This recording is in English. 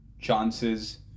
chances